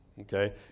okay